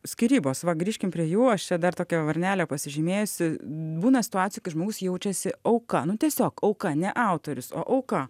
skyrybos va grįžkim prie jų aš čia dar tokią varnelę pasižymėjusi būna situacijų kai žmogus jaučiasi auka nu tiesiog auka ne autorius o auka